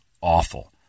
awful